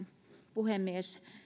puhemies